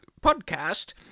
podcast